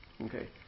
Okay